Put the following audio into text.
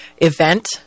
event